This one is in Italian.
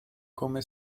come